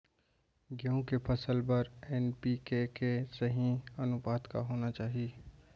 गेहूँ के फसल बर एन.पी.के के सही अनुपात का होना चाही?